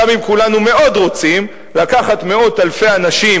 גם אם כולנו מאוד רוצים לקחת מאות אלפי אנשים